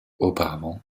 auparavant